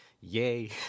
yay